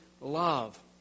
love